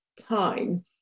time